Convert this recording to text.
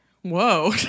Whoa